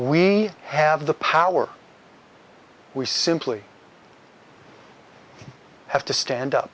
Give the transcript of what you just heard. we have the power we simply have to stand up